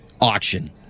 auction